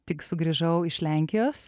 tik sugrįžau iš lenkijos